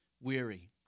weary